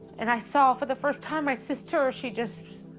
and i saw for the first time, my sister, she just